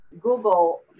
Google